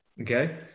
okay